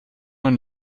man